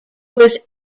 was